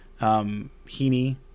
Heaney